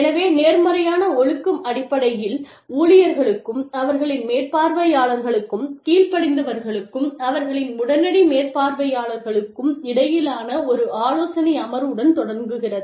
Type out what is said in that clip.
எனவே நேர்மறையான ஒழுக்கம் அடிப்படையில் ஊழியர்களுக்கும் அவர்களின் மேற்பார்வையாளர்களுக்கும் கீழ்படிந்தவர்களுக்கும் அவர்களின் உடனடி மேற்பார்வையாளர்களுக்கும் இடையிலான ஒரு ஆலோசனை அமர்வுடன் தொடங்குகிறது